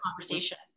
conversation